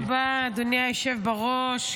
תודה רבה, אדוני היושב בראש.